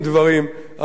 אבל בדרך כלל כן.